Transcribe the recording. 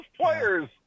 players